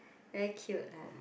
very cute lah